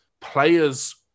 players